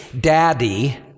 daddy